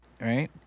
right